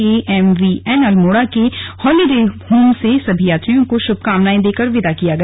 KMVN Almora के holiday home से सभी यात्रियों को शुभकामनाएं देकर विदा किया गया